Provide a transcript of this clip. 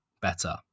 better